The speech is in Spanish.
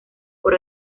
por